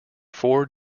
four